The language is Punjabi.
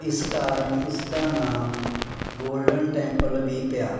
ਇਸ ਕਾਰਨ ਇਸ ਦਾ ਨਾਮ ਗੋਲਡਨ ਟੈਂਪਲ ਵੀ ਪਿਆ